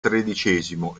tredicesimo